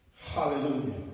Hallelujah